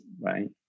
right